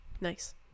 nice